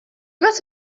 matter